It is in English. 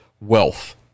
wealth